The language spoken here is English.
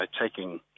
taking